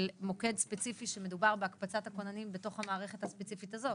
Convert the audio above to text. של מוקד ספציפי כשמדובר בהקפצת הכוננים בתוך המערכת הספציפית הזאת.